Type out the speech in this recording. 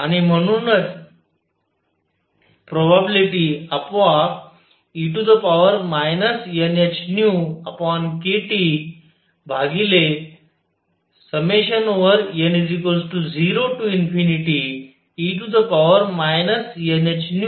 आणि म्हणूनच प्रोबॅबिलिटी आपोआप e nhνkTn0e nhνkTअसणार आहे